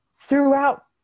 throughout